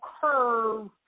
curve